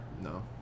No